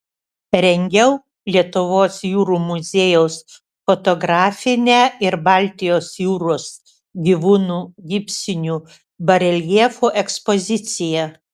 rengiau lietuvos jūrų muziejaus fotografinę ir baltijos jūros gyvūnų gipsinių bareljefų ekspoziciją